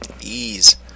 ease